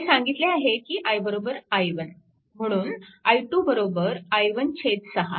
मी सांगितले आहे की i i1 म्हणून i2 i1 6